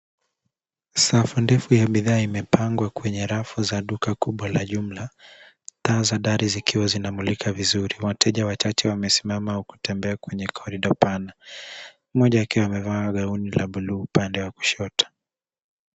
Safu defu ya bidhaa imepangwa kwenye rafu za duka la jumla taa za dari zikiwa zinamulika vizuri. Wateja wachache wamesimama au kutembea kwenye korido pana, mmoja akiwa amevaa gauni la buluu upande wa kushoto.